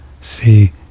see